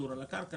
על הקרקע.